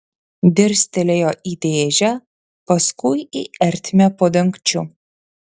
dirstelėjo į dėžę paskui į ertmę po dangčiu